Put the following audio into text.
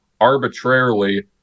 arbitrarily